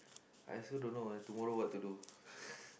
I also don't know eh tomorrow what to do